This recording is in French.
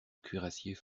cuirassier